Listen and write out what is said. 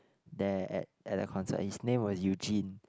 there at at the concert his name was Eugene